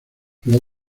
los